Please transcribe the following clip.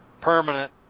permanent